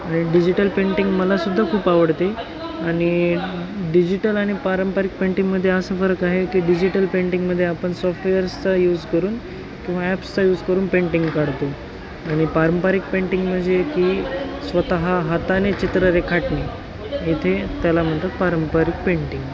आणि digital painting मलासुद्धा खूप आवडते आणि डिजिटल आणि पारंपरिक पेंटिंगमध्ये असं फरक आहे की डिजिटल पेंटिंगमध्ये आपण सॉफ्टवेअर्सचा यूज करून किंवा ॲप्सचा यूज करून पेंटिंग काढतो आणि पारंपरिक पेंटिंग म्हणजे की स्वतः हाताने चित्र रेखाटणे इथे त्याला म्हणतात पारंपरिक पेंटिंग